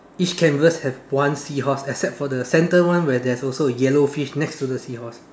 each canvas have one seahorse except for the center one where there is also a yellow fish next to the seahorse